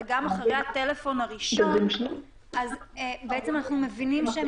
וגם אחרי הטלפון הראשון אנחנו מבינים שהם